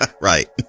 Right